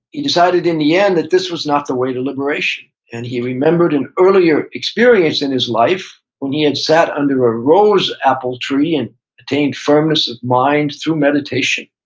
he decided in the end that this was not the way to liberation and he remembered an earlier experience in his life when he had sat under a rose apple tree and attained firmness of mind through meditation.